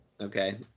Okay